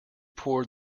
pour